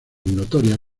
notorias